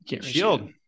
Shield